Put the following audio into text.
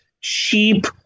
cheap